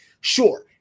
Sure